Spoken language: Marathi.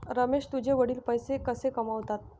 रमेश तुझे वडील पैसे कसे कमावतात?